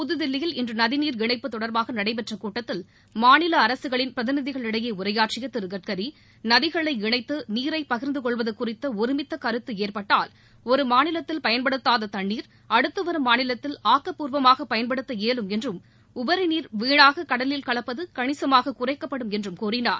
புத்தில்லியில் இன்று நதிநீர் இணைப்பு தொடர்பாக நடைபெற்ற கூட்டத்தில் மாநில அரசுகளின் பிரதிநிதிகளிடையே உரையாற்றிய திரு கட்கரி நதிகளை இணைத்து நீரை பகிர்ந்து கொள்வது குறித்த ஒருமித்த கருத்த ஏற்பட்டால் ஒரு மாநிலத்தில் பயன்படுத்தாத தண்ணீர் அடுத்து வரும் மாநிலத்தில் ஆக்கப்பூர்வமாக பயன்படுத்த இயலும் என்றும் உபரிநீர் வீணாக கடலில் கலப்பது கணிசமாக குறைக்கப்படும் என்றும் கூறினார்